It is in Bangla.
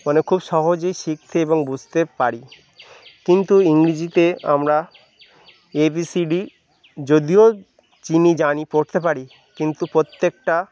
মানে খুব সহজেই শিখতে এবং বুঝতে পারি কিন্তু ইংরিজিতে আমরা এ বি সি ডি যদিও চিনি জানি পড়তে পারি কিন্তু প্রত্যেকটা